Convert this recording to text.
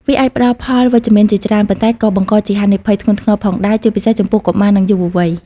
វាអាចផ្តល់ផលវិជ្ជមានជាច្រើន ប៉ុន្តែក៏បង្កជាហានិភ័យធ្ងន់ធ្ងរផងដែរ ជាពិសេសចំពោះកុមារ និងយុវវ័យ។